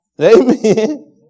Amen